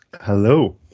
Hello